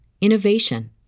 innovation